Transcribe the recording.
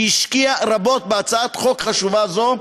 שהשקיע רבות בהצעת חוק חשובה זו,